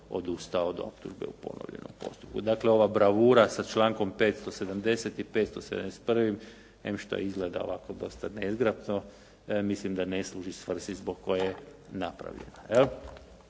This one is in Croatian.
odustao od optužbe u ponovljenom postupku. Dakle, ova bravura sa člankom 570. i 571., em što izgleda ovako dosta nezgrapno, mislim da ne služi svrsi zbog koje je napravljena,